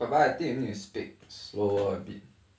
拜拜 I think you need to speak slower a bit